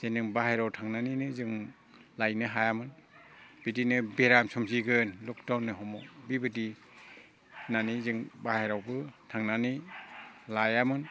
जेन' बाहेरायाव थांनानैनो जों लायनो हायामोन बिदिनो बेराम सोमजिगोन ल'कडाउनि हमयाव बिबायदि होननानै जों बाहेरायावबो थांनानै लायामोन